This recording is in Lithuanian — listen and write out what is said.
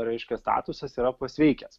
reiškia statusas yra pasveikęs